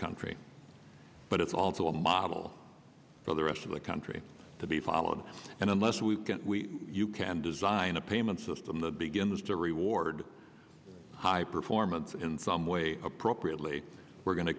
country but it's also a model for the rest of the country to be followed and unless we can we you can design a payment system that begins to reward high performance in some way appropriately we're go